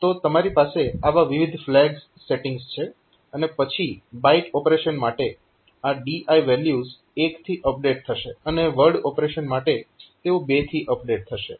તો તમારી પાસે આવા વિવિધ ફ્લેગ સેટીંગ્સ છે અને પછી બાઈટ ઓપરેશન માટે આ DI વેલ્યુઝ 1 થી અપડેટ થશે અને વર્ડ ઓપરેશન માટે તેઓ 2 થી અપડેટ થશે